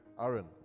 Aaron